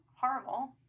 horrible